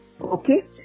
Okay